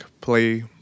play